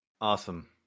Awesome